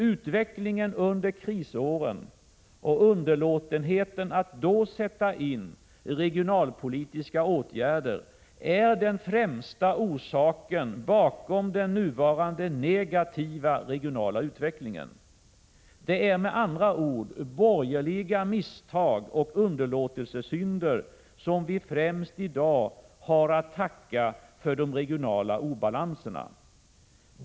Utvecklingen under krisåren och underlåtenheten att då sätta in regionalpolitiska åtgärder är den främsta orsaken till den nuvarande negativa regionala utvecklingen. Det är med andra ord borgerliga misstag och underlåtelsesynder som vi främst i dag har att tacka för de regionala obalanserna.